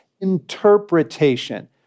interpretation